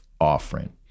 offering